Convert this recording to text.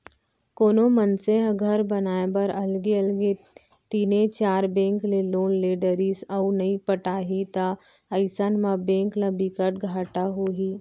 कोनो मनसे ह घर बनाए बर अलगे अलगे तीनए चार बेंक ले लोन ले डरिस अउ नइ पटाही त अइसन म बेंक ल बिकट घाटा होही